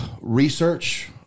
Research